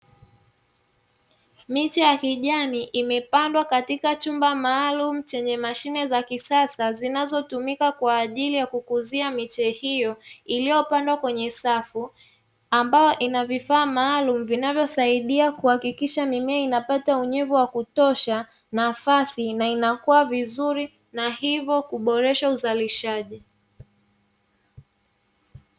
Miche ya kijani imepandwa katika chumba maalumu chenye mashine za kisasa zinazotumika kwa ajili ya kukuzia miche hiyo iliyopandwa kwenye safu, ambayo ina vifaa maalumu vinayosaidia kuhakikisha mimea inapata unyevu wa kutosha, nafasi na inakua vizuri na hivyo kuboresha uzalishaji.